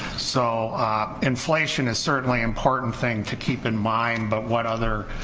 so inflation is certainly important thing to keep in mind but what other